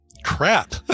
Crap